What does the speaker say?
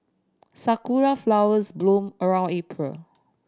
sakura flowers bloom around April